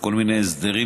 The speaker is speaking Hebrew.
וכל מיני הסדרים,